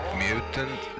mutant